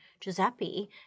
Giuseppe